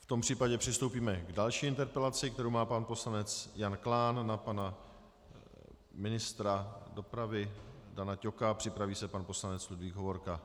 V tom případě přistoupíme k další interpelaci, kterou má pan poslanec Jan Klán na pana ministra dopravy Dana Ťoka, a připraví se pan poslanec Ludvík Hovorka.